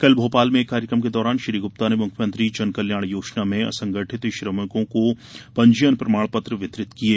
कल भोपाल में एक कार्यक्रम के दौरान श्री ग्रप्ता ने मुख्यमंत्री जन कल्याण योजना में असंगठित श्रमिकों को पंजीयन प्रमाण पत्र वितरित किये